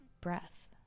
breath